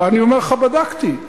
אני אומר לך, בדקתי.